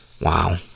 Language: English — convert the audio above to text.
Wow